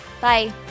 Bye